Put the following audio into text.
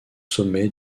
sommets